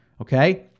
okay